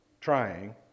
trying